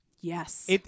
Yes